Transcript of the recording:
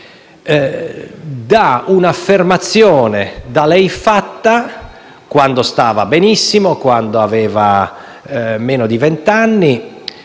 da un'affermazione da lei fatta quando stava benissimo, quando aveva meno di vent'anni;